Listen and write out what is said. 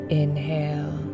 inhale